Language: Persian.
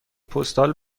پستال